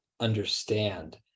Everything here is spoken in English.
understand